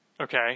Okay